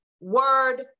word